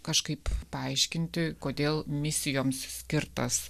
kažkaip paaiškinti kodėl misijoms skirtas